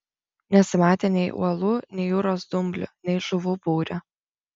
nesimatė nei uolų nei jūros dumblių nei žuvų būrio